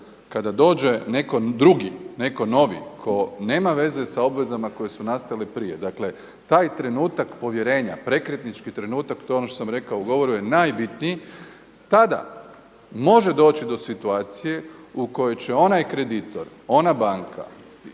kada dođe netko drugi, netko novi tko nema veze sa obvezama koje su nastale prije. Dakle, taj trenutak povjerenja, prekretnički trenutak to je ono što sam rekao u govoru je najbitniji. Tada može doći do situacije u kojoj će onaj kreditor, ona banka